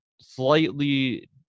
slightly